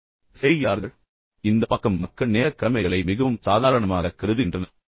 இப்போது இந்த பக்கம் மக்கள் நேரக் கடமைகளை மிகவும் சாதாரணமாக கருதுகின்றனர்